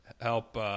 help